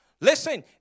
Listen